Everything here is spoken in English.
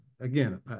again